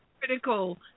critical